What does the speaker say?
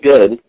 good